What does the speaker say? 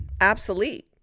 obsolete